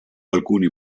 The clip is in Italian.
alcuni